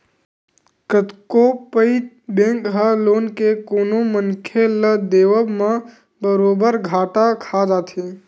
कतको पइत बेंक ह लोन के कोनो मनखे ल देवब म बरोबर घाटा खा जाथे